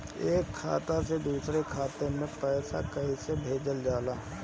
एक खाता से दुसरे खाता मे पैसा कैसे भेजल जाला?